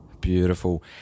Beautiful